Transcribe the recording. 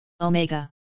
Omega